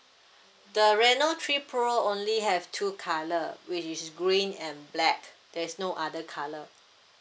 the Reno three pro only have two color which is green and black there's no other colour